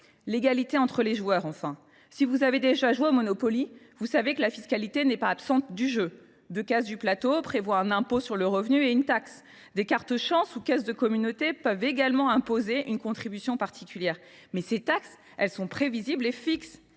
l’égalité entre les joueurs. Si vous avez déjà joué au Monopoly, vous savez que la fiscalité n’est pas absente du jeu : deux cases du plateau prévoient un impôt sur le revenu et une taxe ; des cartes dites « Chance » et « Caisse de communauté » peuvent également imposer une contribution particulière. Or ces taxes sont prévisibles et fixes